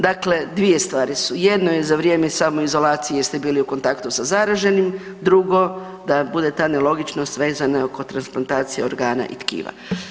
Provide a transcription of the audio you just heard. Dakle, 2 stvari su, jedno je za vrijeme samoizolacije jer ste bili u kontaktu sa zaraženim, drugo, da ne bude ta nelogičnost vezano kod transplantacije organa i tkiva.